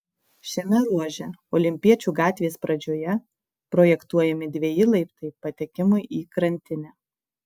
šiame ruože olimpiečių gatvės pradžioje projektuojami dveji laiptai patekimui į krantinę